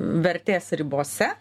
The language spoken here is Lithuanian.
vertės ribose